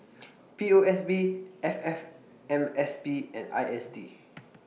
P O S B F F M S B and I S D